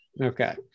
Okay